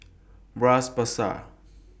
Bras Basah